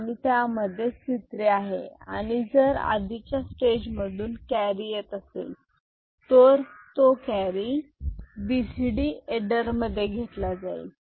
आणि त्यामध्ये C3 आहे आणि जर आधीच्या स्टेज मधून कॅरी येत असेल तर तो carry B C D adder मध्ये घेतला जाईल